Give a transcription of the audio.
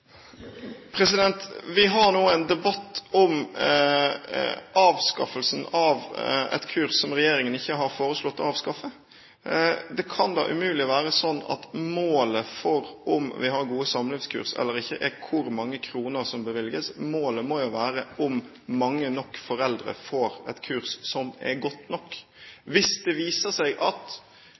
Vi har nå en debatt om avskaffelsen av et kurs som regjeringen ikke har foreslått å avskaffe. Det kan da umulig være slik at målet for om vi har gode samlivskurs eller ikke er hvor mange kroner som bevilges. Målet må jo være om mange nok foreldre får et kurs som er godt nok. Hvis det viser seg at